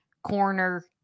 Corner